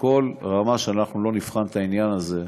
שבכל רמה שאנחנו לא נבחן את העניין הזה,